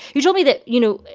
he told me that, you know,